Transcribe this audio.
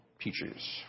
teachers